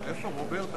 מי בעד?